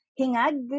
Hingag